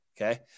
okay